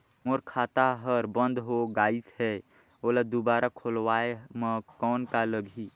मोर खाता हर बंद हो गाईस है ओला दुबारा खोलवाय म कौन का लगही?